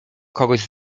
kogoś